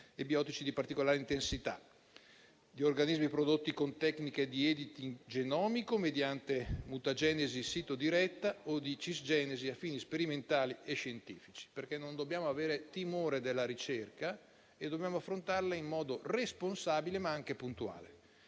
e biotici di particolari intensità, di organismi prodotti con tecniche di *editing* genomico mediante mutagenesi sito diretta o di cisgenesi a fini sperimentali e scientifici. Non dobbiamo avere timore della ricerca, dobbiamo affrontarla in modo responsabile, ma anche puntuale.